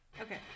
Okay